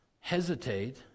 hesitate